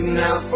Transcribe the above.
now